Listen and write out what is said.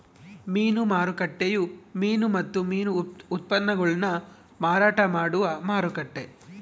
ಮೀನು ಮಾರುಕಟ್ಟೆಯು ಮೀನು ಮತ್ತು ಮೀನು ಉತ್ಪನ್ನಗುಳ್ನ ಮಾರಾಟ ಮಾಡುವ ಮಾರುಕಟ್ಟೆ